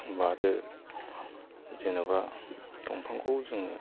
बा आरो जेन'बा दंफांखौ जोङो